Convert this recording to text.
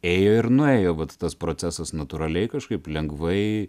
ėjo ir nuėjo vat tas procesas natūraliai kažkaip lengvai